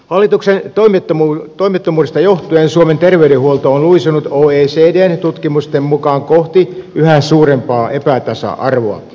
hallituksen toimettomuudesta johtuen suomen terveydenhuolto on luisunut oecdn tutkimusten mukaan kohti yhä suurempaa epätasa arvoa